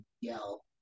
yell